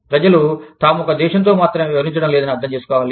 ప్రజలు తాము ఒక దేశంతో మాత్రమే వ్యవహరించడం లేదని అర్థం చేసుకోవాలి